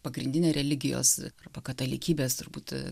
pagrindinė religijos arba katalikybės turbūt